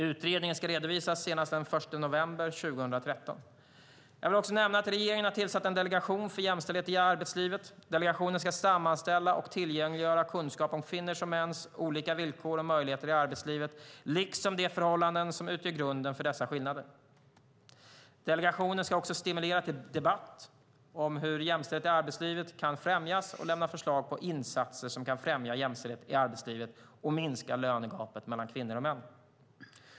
Utredningen ska redovisas senast den 1 november 2013. Jag vill också nämna att regeringen har tillsatt en delegation för jämställdhet i arbetslivet. Delegationen ska sammanställa och tillgängliggöra kunskap om kvinnors och mäns olika villkor och möjligheter i arbetslivet liksom de förhållanden som utgör grunden för dessa skillnader. Delegationen ska också stimulera till debatt om hur jämställdhet i arbetslivet kan främjas och lämna förslag på insatser som kan främja jämställdhet i arbetslivet och minska lönegapet mellan kvinnor och män.